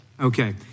Okay